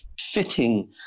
fitting